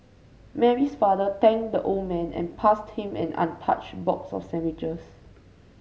Mary's father thanked the old man and passed him an untouched box of sandwiches